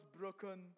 broken